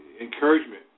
encouragement